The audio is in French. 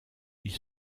ils